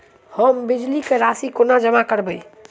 हम बिजली कऽ राशि कोना जमा करबै?